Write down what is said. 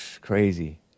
Crazy